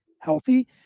healthy